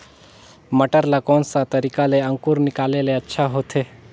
मटर ला कोन सा तरीका ले अंकुर निकाले ले अच्छा होथे?